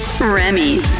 Remy